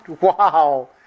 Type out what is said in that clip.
wow